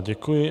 Děkuji.